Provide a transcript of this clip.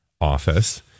Office